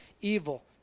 evil